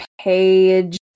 page